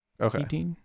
Okay